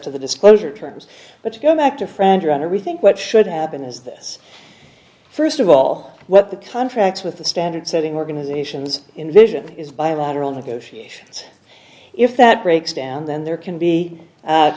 to the disclosure terms but to go back to france around to rethink what should happen is this first of all what the contracts with the standard setting organizations in vision is bilateral negotiations if that breaks down then there can be